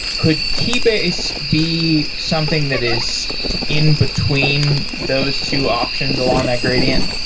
could keybase be something that is in between those two options along that gradient?